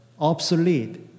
obsolete